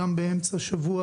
גם באמצע שבוע,